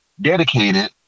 Dedicated